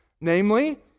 Namely